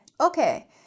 Okay